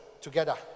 together